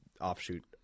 offshoot